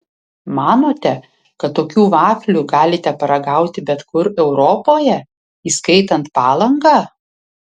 manote kad tokių vaflių galite paragauti bet kur europoje įskaitant palangą